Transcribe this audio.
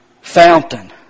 fountain